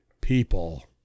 people